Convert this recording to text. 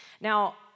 Now